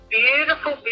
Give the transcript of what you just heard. beautiful